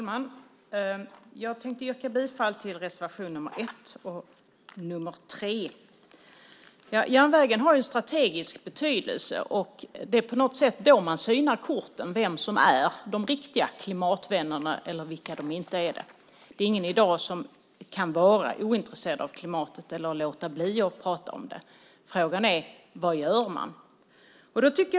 Fru talman! Först yrkar jag bifall till reservationerna 1 och 3. Järnvägen har en strategisk betydelse. På något sätt är det i det sammanhanget som man synar korten, vilka som är de riktiga klimatvännerna och vilka som inte är det. Ingen kan i dag vara ointresserad av klimatet eller låta bli att prata om det. Frågan är: Vad gör man?